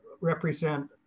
represent